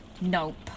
nope